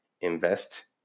invest